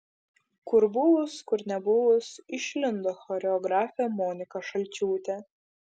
kur buvus kur nebuvus išlindo choreografė monika šalčiūtė